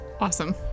Awesome